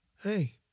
hey